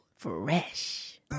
fresh